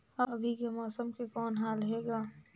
अभी के मौसम के कौन हाल हे ग?